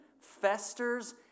festers